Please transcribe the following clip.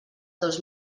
dos